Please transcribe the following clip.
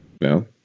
No